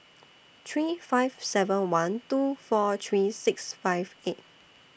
three five seven one two four three six five eight